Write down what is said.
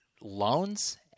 loans